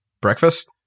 Breakfast